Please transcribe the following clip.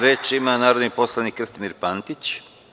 Reč ima narodni poslanik Krstimir Pantić.